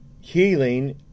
healing